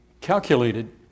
Calculated